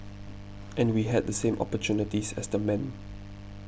and we had the same opportunities as the men